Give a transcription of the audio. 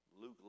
Luke